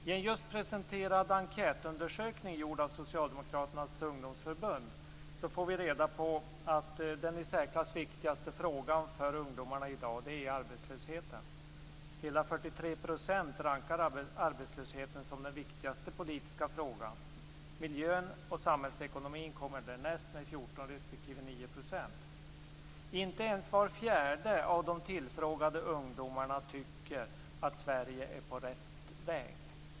I en just presenterad enkätundersökning, gjord av Socialdemokraternas ungdomsförbund, får vi reda på att den i särklass viktigaste frågan för ungdomar i dag är arbetslösheten. Hela 43 % rankar arbetslösheten som den viktigaste politiska frågan. Miljön och samhällsekonomin kommer därnäst med 14 respektive 9 % av rösterna. Inte ens var fjärde av de tillfrågade ungdomarna tycker att Sverige är på rätt väg.